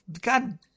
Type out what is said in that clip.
God